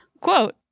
quote